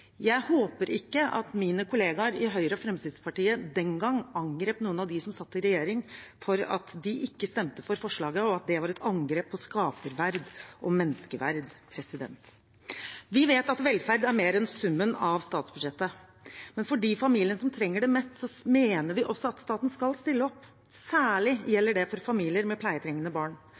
Jeg håper ikke at mine kollegaer i Høyre og Fremskrittspartiet den gang angrep noen av dem som satt i regjering for at de ikke stemte for forslaget, og at det var et angrep på skaperverk og menneskeverd. Vi vet at velferd er mer enn summen av statsbudsjettet, men for de familiene som trenger det mest, mener vi også at staten skal stille opp – særlig gjelder det for familier med pleietrengende barn.